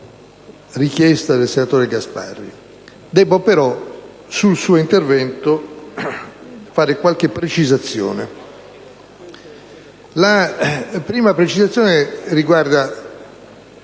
La prima precisazione riguarda